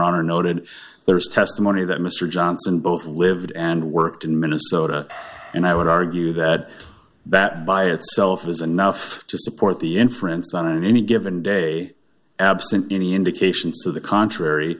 honor noted there is testimony that mr johnson both lived and worked in minnesota and i would argue that that by itself is enough to support the inference that in any given day absent any indications to the contrary